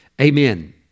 amen